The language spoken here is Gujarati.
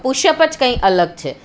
પુશઅપ જ કંઈક અલગ છે